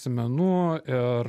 sėmenų ir